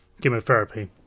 chemotherapy